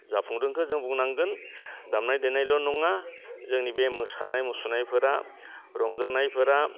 जाफुंदोंखौ जों बुंनांगोन दामनाय देनायल' नङा जोंनि बे मोसानाय मुसुरनायफोरा रंजानायफोरा